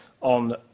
on